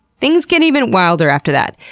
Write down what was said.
things get even wilder after that.